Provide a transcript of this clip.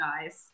guys